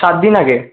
সাতদিন আগে